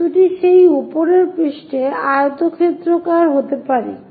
বস্তুটি সেই উপরের পৃষ্ঠে আয়তক্ষেত্রাকার হতে পারে